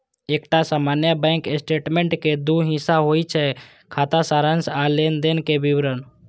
एकटा सामान्य bank statement के दू हिस्सा होइ छै, खाता सारांश आ लेनदेनक विवरण